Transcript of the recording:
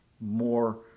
more